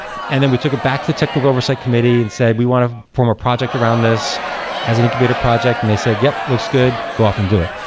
and then we took it back to the technical oversight committee and said, we want to form a project around this as an incubator project. and they said, yeah, looks good. go off and do it.